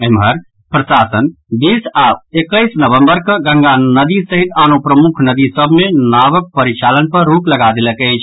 एम्हर प्रशासन बीस आओर एकैस नवम्बर कऽ गंगा नदी सहित आनो प्रमुख नदी सभ मे नाव परिचालन पर रोक लगा देलक अछि